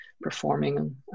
performing